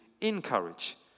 encourage